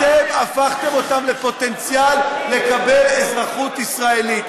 אתם הפכתם אותם לפוטנציאל לקבל אזרחות ישראלית.